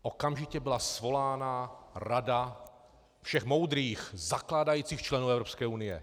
Okamžitě byla svolána rada všech moudrých zakládajících členů Evropské unie.